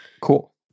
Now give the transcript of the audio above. cool